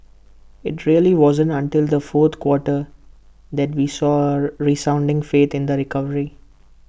IT really wasn't until the fourth quarter that we saw A resounding faith in the recovery